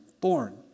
born